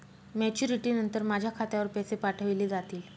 Maturity नंतर माझ्या खात्यावर पैसे पाठविले जातील?